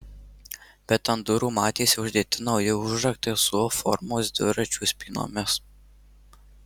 bet ant durų matėsi uždėti nauji užraktai su u formos dviračių spynomis